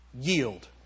yield